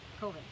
COVID